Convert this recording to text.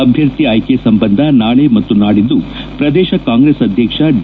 ಅಭ್ದರ್ಥಿ ಆಯ್ಕೆ ಸಂಬಂಧ ನಾಳೆ ಮತ್ತು ನಾಡಿದ್ದು ಪ್ರದೇಶ ಕಾಂಗ್ರೆಸ್ ಅಧ್ದಕ್ಷ ಡಿ